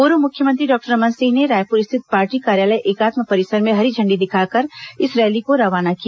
पूर्व मुख्यमंत्री डॉक्टर रमन सिंह ने रायपुर स्थित पार्टी कार्यालय एकात्म परिसर में हरी झण्डी दिखाकर इस रैली को रवाना किया